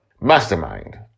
Mastermind